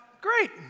great